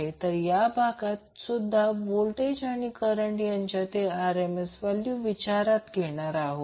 तर या भागात सुद्धा व्होल्टेज आणि करंट यांच्या RMS व्हॅल्यू विचारात घेणार आहोत